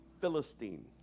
Philistine